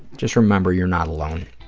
just remember you're not alone.